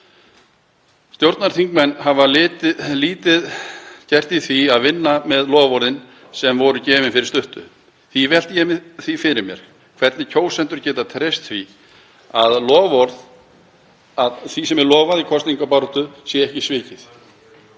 Stjórnarþingmenn hafa lítið gert í því að vinna með loforðin sem voru gefin fyrir stuttu. Því velti ég því fyrir mér hvernig kjósendur geta treyst því að loforð sem gefin eru í kosningabaráttu séu ekki svikin.